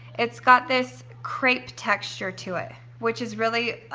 it's got this crepe texture to it which is really,